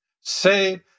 say